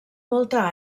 molta